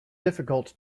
difficult